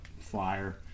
flyer